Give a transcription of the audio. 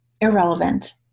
irrelevant